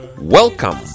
Welcome